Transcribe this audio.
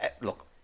look